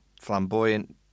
flamboyant